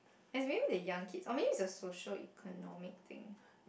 is maybe the young kids or maybe is a socio-economic thing